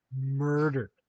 murdered